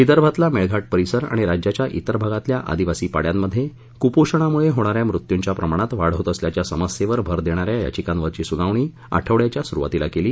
विदर्भातला मेळघाट परिसर आणि राज्याच्या इतर भागातल्या आदिवासी पाड्यांमध्ये कुपोषणामुळे होणा या मृत्यूंच्या प्रमाणात वाढ होत असल्याच्या समस्येवर भर देणा या याचिकांवरची सुनावणी आठवड्याच्या सुरूवातीला केली